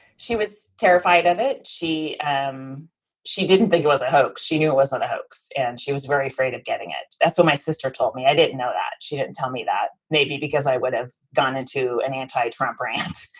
she was terrified of it. she said um she didn't think it was a hoax. she knew it wasn't a hoax. and she was very afraid of getting it. that's what my sister told me. i didn't know that. she didn't tell me that. maybe because i would have gone into an anti trump rant.